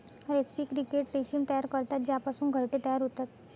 रेस्पी क्रिकेट रेशीम तयार करतात ज्यापासून घरटे तयार होतात